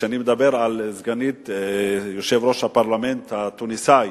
ואני מדבר על סגנית יושב-ראש הפרלמנט התוניסאי,